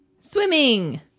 Swimming